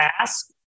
Ask